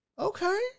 Okay